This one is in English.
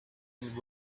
and